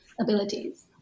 abilities